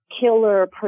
killer